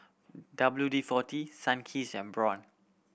W D Forty Sunkist and Braun